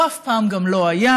הוא אף פעם גם לא היה.